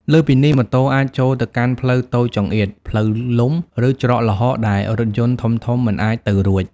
លើសពីនេះ ម៉ូតូអាច ចូលទៅកាន់ផ្លូវតូចចង្អៀត ផ្លូវលំ ឬច្រកល្ហកដែលរថយន្តធំៗមិនអាចទៅរួច។